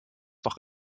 noch